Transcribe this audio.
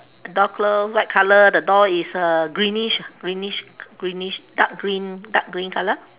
door close white color the door is uh greenish greenish greenish dark green dark green color